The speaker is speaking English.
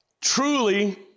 truly